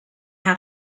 how